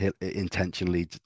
intentionally